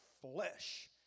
flesh